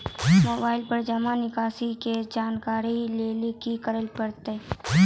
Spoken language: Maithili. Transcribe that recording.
मोबाइल पर जमा निकासी के जानकरी लेली की करे परतै?